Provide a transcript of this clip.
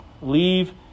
leave